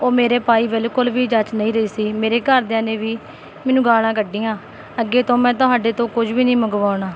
ਉਹ ਮੇਰੇ ਪਾਈ ਬਿਲਕੁਲ ਵੀ ਜੱਚ ਨਹੀਂ ਰਹੀ ਸੀ ਮੇਰੇ ਘਰਦਿਆਂ ਨੇ ਵੀ ਮੈਨੂੰ ਗਾਲਾਂ ਕੱਢੀਆਂ ਅੱਗੇ ਤੋਂ ਮੈਂ ਤੁਹਾਡੇ ਤੋਂ ਕੁਝ ਵੀ ਨਹੀਂ ਮੰਗਵਾਉਣਾ